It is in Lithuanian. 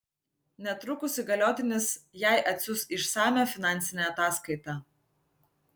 netrukus įgaliotinis jai atsiųs išsamią finansinę ataskaitą